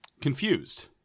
confused